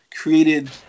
created